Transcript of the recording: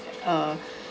uh